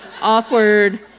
awkward